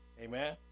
Amen